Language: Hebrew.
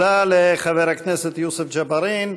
תודה לחבר הכנסת יוסף ג'בארין.